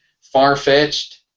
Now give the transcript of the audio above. far-fetched